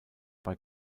bei